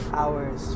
hours